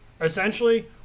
Essentially